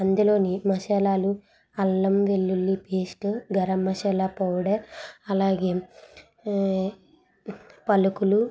అందులో నీ మసాలాలు అల్లం వెల్లుల్లి పేస్టు గరం మషాలా పౌడర్ అలాగే పలుకులు